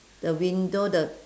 the window the